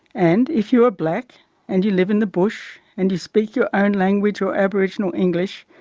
and if you are black and you live in the bush and you speak your own language or aboriginal english,